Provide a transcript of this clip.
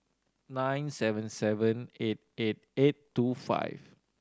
nine seven seven eight eight eight two five